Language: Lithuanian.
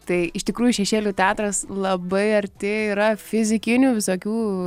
tai iš tikrųjų šešėlių teatras labai arti yra fizikinių visokių